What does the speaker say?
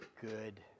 good